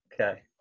Okay